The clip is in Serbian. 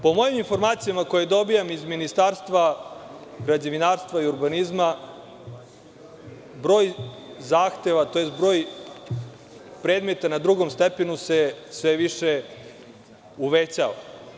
Po mojim informacijama koje dobijam iz Ministarstva građevinarstva i urbanizma, broj zahteva tj. broj predmeta na drugom stepenu se sve više uvećava.